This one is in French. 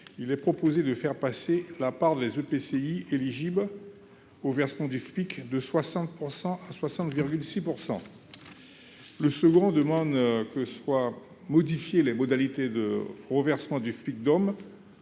il est proposé de faire passer la part les EPCI éligible au versement du FPIC de 60 % à 62,6 % le second demande que soit modifié les modalités de renversement du fric d'hommes